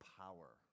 power